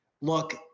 look